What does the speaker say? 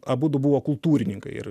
abudu buvo kultūrininkai ir